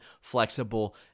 flexible